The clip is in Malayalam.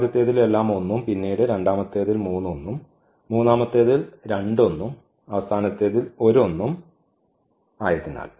ആദ്യത്തേതിൽ എല്ലാം 1 ഉം പിന്നീട് രണ്ടാമത്തേതിൽ മൂന്ന് 1 ഉം മൂന്നാമത്തേതിൽ രണ്ട് 1 ഉം അവസാനത്തേതിൽ ഒരു 1 ഉം ആയതിനാൽ